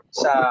sa